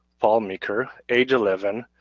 paul meeker, age eleven,